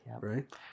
right